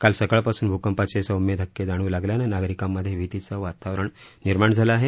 काल सकाळपासून भूकंपाचे सौम्य धक्के जाणवू लागल्यानं नागरिकांमध्ये भीतीचं वातावरण निर्माण झालं आहे